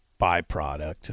byproduct